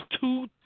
two